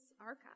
archive